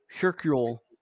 Hercule